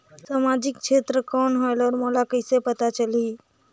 समाजिक क्षेत्र कौन होएल? और मोला कइसे पता चलही?